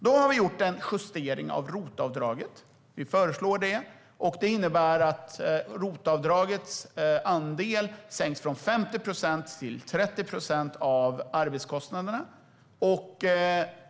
Vi har föreslagit en justering av ROT-avdraget som innebär att andelen sänks från 50 till 30 procent av arbetskostnaden.